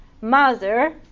mother